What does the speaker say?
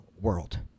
world